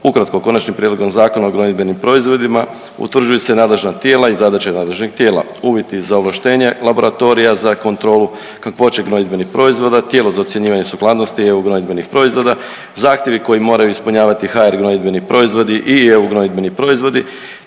Ukratko, Konačnim prijedlogom Zakona o gnojidbenim proizvodima utvrđuju se nadležna tijela i zadaće nadležnih tijela, uvjeti za ovlaštenje laboratorija za kontrolu kakvoće gnojidbenih proizvoda, tijelo za ocjenjivanje sukladnosti EU gnojidbenih proizvoda, zahtjevi koje moraju ispunjavati HR gnojidbeni proizvodi i EU gnojidbeni proizvodi,